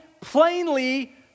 plainly